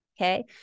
okay